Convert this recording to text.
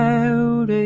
out